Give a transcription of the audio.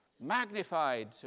magnified